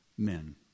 Men